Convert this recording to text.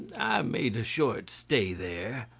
made a short stay there.